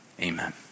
Amen